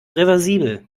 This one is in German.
reversibel